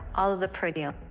all the proteome.